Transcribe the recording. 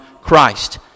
Christ